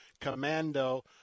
Commando